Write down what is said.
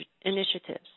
initiatives